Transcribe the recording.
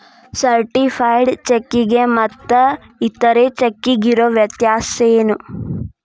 Certified ಚೆಕ್ಕಿಗೆ ಮತ್ತ್ ಇತರೆ ಚೆಕ್ಕಿಗಿರೊ ವ್ಯತ್ಯಸೇನು?